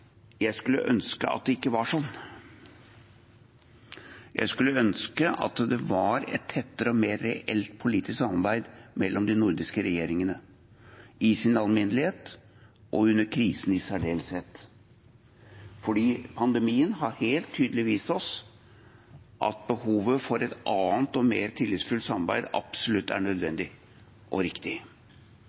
jeg skulle ønske at det ikke var slik. Jeg skulle ønske det var et tettere og mer reelt politisk samarbeid mellom de nordiske regjeringene, i sin alminnelighet og under krisen i særdeleshet, fordi pandemien har helt tydelig vist oss at behovet for et annet og mer tillitsfullt samarbeid absolutt er nødvendig og riktig.